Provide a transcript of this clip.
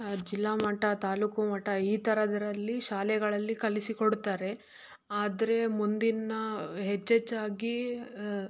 ಜಿಲ್ಲಾ ಮಟ್ಟ ತಾಲೂಕು ಮಟ್ಟ ಈ ಥರದರಲ್ಲಿ ಶಾಲೆಗಳಲ್ಲಿ ಕಲಿಸಿ ಕೊಡ್ತಾರೆ ಆದರೆ ಮುಂದಿನ ಹೆಚ್ಚೆಚ್ಚಾಗಿ